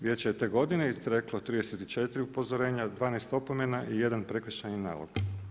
Vijeće je te godine izreklo 34 upozorenja, 12 opomena i 1 prekršajni nalog.